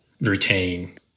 routine